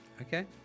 Okay